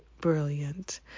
brilliant